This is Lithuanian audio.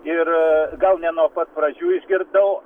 ir gal ne nuo pat pradžių išgirdau